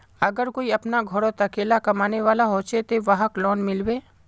अगर कोई अपना घोरोत अकेला कमाने वाला होचे ते वहाक लोन मिलबे?